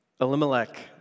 Elimelech